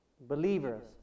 believers